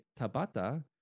Tabata